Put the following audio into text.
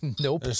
Nope